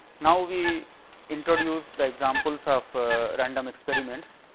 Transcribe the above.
now, we introduce the examples of random experiments.